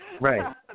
Right